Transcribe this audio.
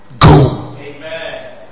Go